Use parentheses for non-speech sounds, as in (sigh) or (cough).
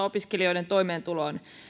(unintelligible) opiskelijoiden toimeentuloon